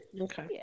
Okay